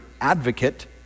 advocate